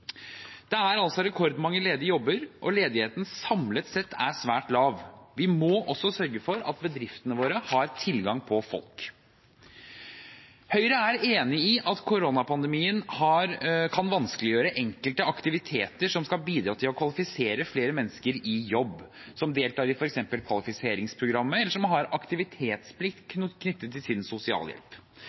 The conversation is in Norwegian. Det er altså rekordmange ledige jobber, og ledigheten samlet sett er svært lav. Vi må også sørge for at bedriftene våre har tilgang på folk. Høyre er enig i at koronapandemien kan vanskeliggjøre enkelte aktiviteter som skal bidra til å kvalifisere flere mennesker til jobb, f.eks. de som deltar i kvalifiseringsprogrammet, eller som har aktivitetsplikt knyttet til sin sosialhjelp.